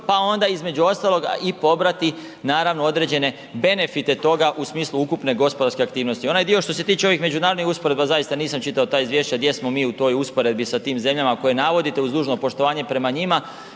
pa onda između ostalog i pobrati naravno određene benefite toga u smislu ukupne gospodarske aktivnosti. Onaj dio što se tiče ovih međunarodnih usporedba, zaista nisam čitao ta izvješća gdje smo mi u toj usporedbi sa tim zemljama koje navodite uz dužno poštovanje prema njima.